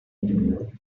one